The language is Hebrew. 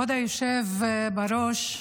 כבוד היושב בראש,